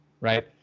right